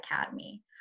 Academy